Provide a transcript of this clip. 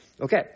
Okay